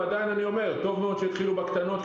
ועדיין אני אומר: טוב מאוד שהתחילו בקטנות,